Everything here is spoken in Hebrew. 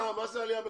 מה זה עלייה בקפסולות?